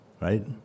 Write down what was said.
right